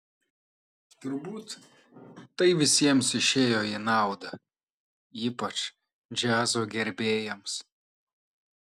turbūt tai visiems išėjo į naudą ypač džiazo gerbėjams